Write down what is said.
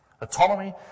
Autonomy